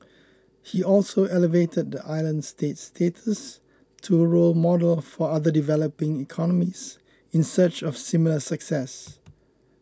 he also elevated the island state's status to a role model for other developing economies in search of similar success